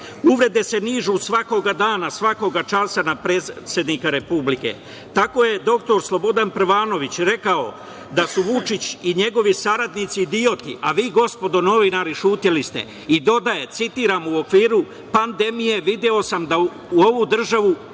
tada. Uvrede se nižu svakoga dana, svakoga časa na predsednika Republike. Tako je dr Slobodan Prvanović rekao da su Vučić i saradnici idioti, a vi gospodo novinari, ćutali ste i dodaje, citiram – u okviru pandemije video sam da ovom državom